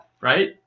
Right